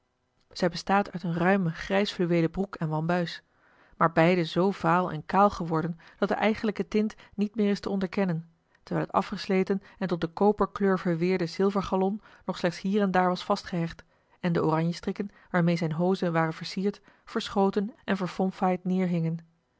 zij bestaat uit eene ruime grijsfluweelen broek en wambuis maar beide zoo vaal en kaal geworden dat de eigenlijke tint niet meer is te onderkennen terwijl het afgesleten en tot de koperkleur verweerde zilvergalon nog slechts hier en daar was vastgehecht en de oranje strikken waarmeê zijne hozen waren versierd verschoten en